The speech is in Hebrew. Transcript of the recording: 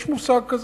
יש מושג כזה.